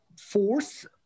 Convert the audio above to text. force